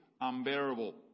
unbearable